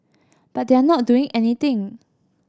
but they are not doing anything